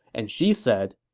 and she said,